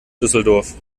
düsseldorf